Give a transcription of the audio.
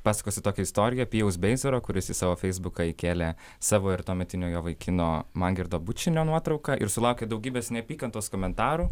pasakosiu tokią istoriją pijaus beizaro kuris į savo feisbuką įkėlė savo ir tuometinio jo vaikino mangirdo bučinio nuotrauką ir sulaukė daugybės neapykantos komentarų